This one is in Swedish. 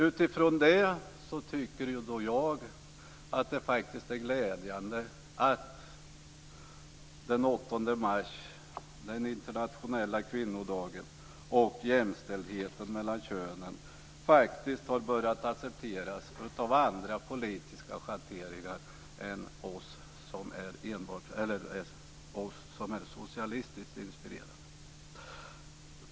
Utifrån detta tycker jag att det är glädjande att den 8 mars, den internationella kvinnodagen, och jämställdheten mellan könen faktiskt har börjat accepteras av andra politiska schatteringar än av enbart oss som är socialistiskt inspirerade.